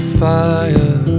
fire